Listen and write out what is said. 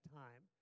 time